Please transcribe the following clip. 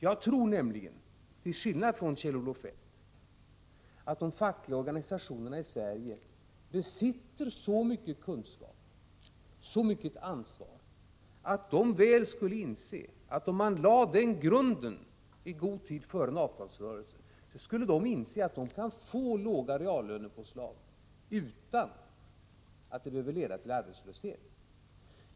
Jag tror nämligen, till skillnad från Kjell-Olof Feldt, att de fackliga organisationerna i Sverige besitter så mycket kunskap och så mycket ansvar, att om grunden lades i god tid före en avtalsrörelse, skulle de inse att de kan få låga reallönepåslag, utan att det behöver leda till arbetslöshet.